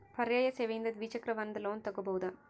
ಪರ್ಯಾಯ ಸೇವೆಯಿಂದ ದ್ವಿಚಕ್ರ ವಾಹನದ ಲೋನ್ ತಗೋಬಹುದಾ?